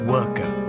Worker